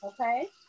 okay